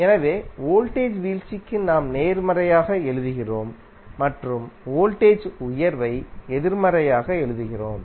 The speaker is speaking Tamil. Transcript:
எனவே வோல்டேஜ் வீழ்ச்சிக்கு நாம் நேர்மறையாக எழுதுகிறோம் மற்றும் வோல்டேஜ் உயர்வை எதிர்மறையாக எழுதுகிறோம்